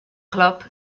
club